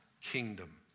kingdom